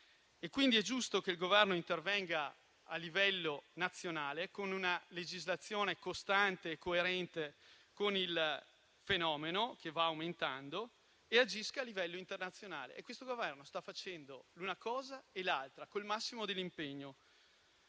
quindi giusto che il Governo intervenga a livello nazionale, con una legislazione costante e coerente con il fenomeno, che va aumentando, e agisca a livello internazionale. Questo Governo sta facendo una cosa e l'altra con il massimo dell'impegno.